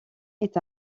est